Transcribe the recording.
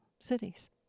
cities